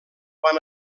van